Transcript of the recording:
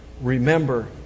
Remember